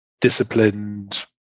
disciplined